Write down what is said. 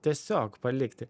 tiesiog palikti